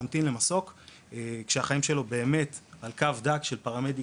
להמתין למסוק כשהחיים הם על קו דק של פרמדיק,